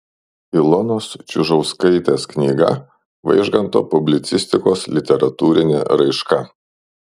ilonos čiužauskaitės knyga vaižganto publicistikos literatūrinė raiška